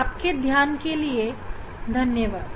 आपके ध्यान के लिए धन्यवाद